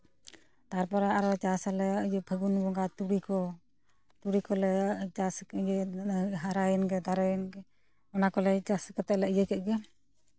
ᱛᱟᱨᱯᱚᱨᱮ ᱟᱨᱚ ᱪᱟᱥ ᱟᱞᱮ ᱤᱭᱟᱹ ᱯᱷᱟᱹᱜᱩᱱ ᱵᱚᱸᱜᱟ ᱛᱩᱲᱤ ᱠᱚ ᱛᱩᱲᱤ ᱠᱚᱞᱮ ᱪᱟᱥ ᱤᱭᱟᱹᱭᱫᱟ ᱦᱟᱨᱟᱭᱮᱱ ᱜᱮ ᱫᱟᱨᱮ ᱚᱱᱟᱠᱚᱞᱮ ᱪᱟᱥ ᱠᱟᱛᱮ ᱞᱮ ᱤᱭᱟᱹ ᱠᱮᱜ ᱜᱮ